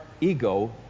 ego